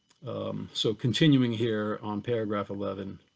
so continuing here on paragraph eleven,